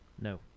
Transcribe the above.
No